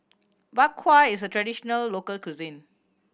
Bak Kwa is a traditional local cuisine